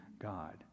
God